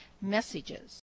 messages